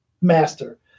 master